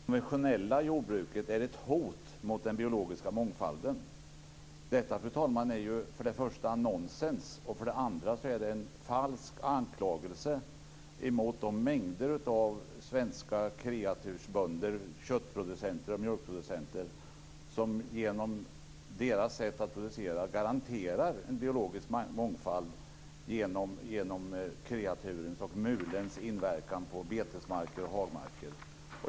Fru talman! I en av replikerna sade Gudrun Lindvall att det svenska konventionella jordbruket var ett hot mot den biologiska mångfalden. Detta är för det första nonsens. För det andra är det en falsk anklagelse mot de mängder av svenska kreatursbönder - köttproducenter och mjölkproducenter - som genom sitt sätt att producera garanterar en biologisk mångfald genom kreaturens och mulens inverkan på betesmarker och hagmarker.